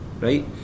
right